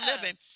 living